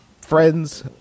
friends